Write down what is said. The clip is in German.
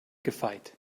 gefeit